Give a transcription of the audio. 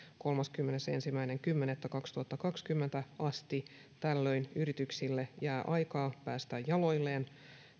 kolmaskymmenesensimmäinen kymmenettä kaksituhattakaksikymmentä asti tällöin yrityksille jää aikaa päästä jaloilleen